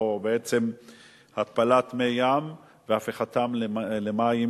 או בעצם התפלת מי ים והפיכתם למים